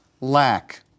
lack